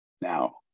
now